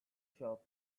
shop